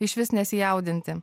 išvis nesijaudinti